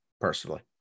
personally